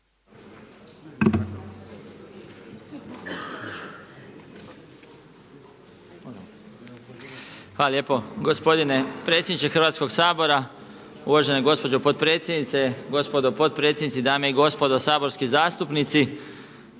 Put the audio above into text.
Hvala lijepo, gospodine predsjedniče Hrvatskoga sabora, uvažena gospođo potpredsjednice, gospodo potpredsjednici, dame i gospodo saborski zastupnici.